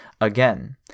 Again